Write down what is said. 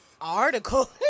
Article